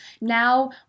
Now